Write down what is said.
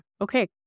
Okay